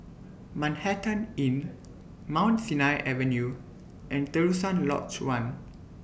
Manhattan Inn Mount Sinai Avenue and Terusan Lodge one